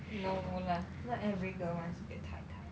no lah not every girl wants to be a tai tai